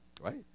Right